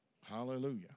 Hallelujah